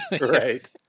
right